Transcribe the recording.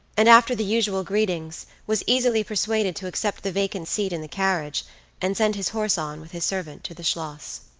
and, after the usual greetings, was easily persuaded to accept the vacant seat in the carriage and send his horse on with his servant to the schloss.